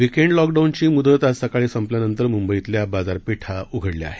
weekend लॉकडाऊनची मुदत आज सकाळी संपल्यानंतर मुंबईतल्या बाजारपेठा उघडल्या आहेत